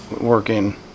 working